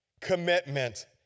commitment